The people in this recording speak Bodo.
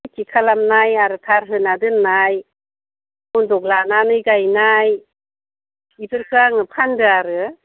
खेथि खालामनाय आरो धार होना दोन्नाय बन्दग लानानै गायनाय बेफोरखौ आङो फानदों आरो